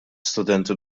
istudenti